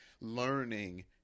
learning